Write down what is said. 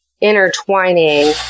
intertwining